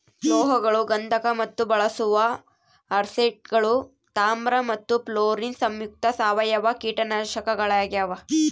ಲೋಹಗಳು ಗಂಧಕ ಮತ್ತು ಬಳಸುವ ಆರ್ಸೆನೇಟ್ಗಳು ತಾಮ್ರ ಮತ್ತು ಫ್ಲೋರಿನ್ ಸಂಯುಕ್ತ ಸಾವಯವ ಕೀಟನಾಶಕಗಳಾಗ್ಯಾವ